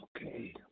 Okay